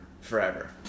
forever